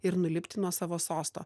ir nulipti nuo savo sosto